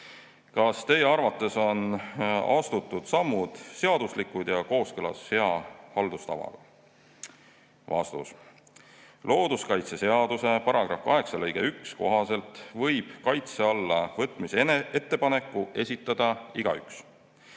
Kas Teie arvates on astutud sammud seaduslikud ja kooskõlas hea haldustavaga?" Looduskaitseseaduse § 8 lõike 1 kohaselt võib kaitse alla võtmise ettepaneku esitada igaüks.